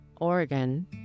Oregon